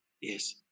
Yes